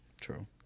True